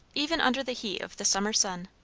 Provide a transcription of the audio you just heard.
even under the heat of the summer sun.